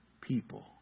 people